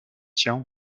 tian